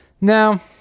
Now